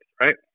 Right